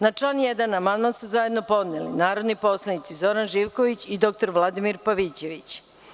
Na član 1. amandman su zajedno podneli narodni poslanici Zoran Živković i dr Vladimir Pavićević.